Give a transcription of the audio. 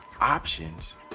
options